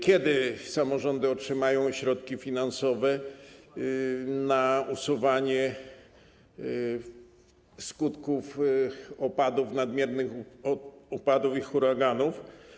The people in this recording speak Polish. Kiedy samorządy otrzymają środki finansowe na usuwanie skutków nadmiernych opadów i huraganów?